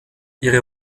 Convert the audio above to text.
ihre